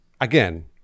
again